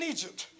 Egypt